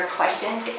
questions